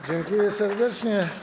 Dziękuję serdecznie.